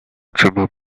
treatment